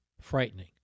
frightening